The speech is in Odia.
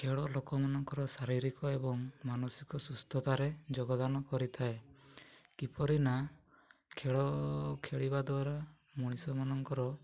ଖେଳ ଲୋକମାନଙ୍କର ଶାରୀରିକ ଏବଂ ମାନସିକ ସୁସ୍ଥତାରେ ଯୋଗଦାନ କରିଥାଏ କିପରି ନା ଖେଳ ଖେଳିବା ଦ୍ୱାରା ମଣିଷମାନଙ୍କର